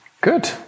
good